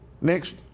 Next